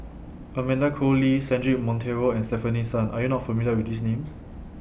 Amanda Koe Lee Cedric Monteiro and Stefanie Sun Are YOU not familiar with These Names